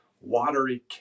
watery